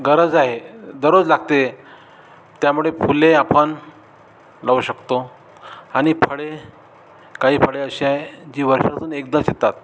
गरज आहे दररोज लागते त्यामुळे फुले आपण लावू शकतो आणि फळे काही फळे अशी आहे जी वर्षासून एकदाच येतात